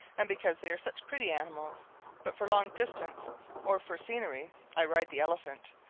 and because they are such pretty animals but for long distance or for scenery i ride the elephant.